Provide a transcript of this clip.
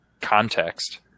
context